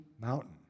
mountain